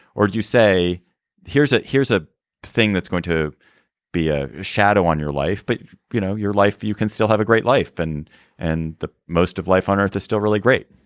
or do you say here's a here's a thing that's going to be a shadow on your life. but you know your life. you can still have a great life. and and the most of life on earth is still really great